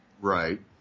Right